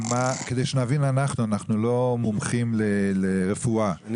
אנחנו לא מומחים לרפואה ואנחנו רוצים להבין.